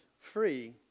free